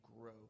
grow